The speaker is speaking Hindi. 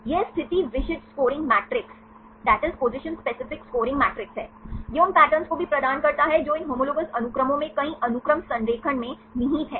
यह स्थिति विशिष्ट स्कोरिंग मैट्रिस है यह उन पैटर्न को भी प्रदान करता है जो इन होमोलोगस अनुक्रमों में कई अनुक्रम संरेखण में निहित हैं